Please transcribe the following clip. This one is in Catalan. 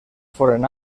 foren